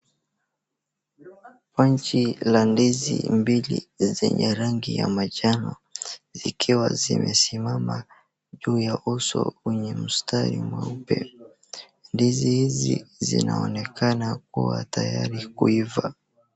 Banchi la ndizi mbili zenye rangi ya manjano, zikiwa zimesimama juu ya uso wenye mstari mweupe. Ndizi hizi zinaonekana kuwa tayari kuiva.